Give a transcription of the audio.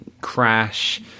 crash